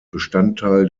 bestandteil